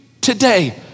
today